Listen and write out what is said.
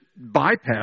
bypass